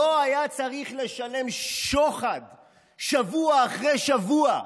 לא היה צריך לשלם שוחד שבוע אחרי שבוע,